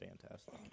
fantastic